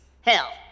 Hell